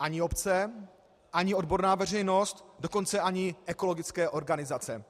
Ani obce, ani odborná veřejnost, dokonce ani ekologické organizace.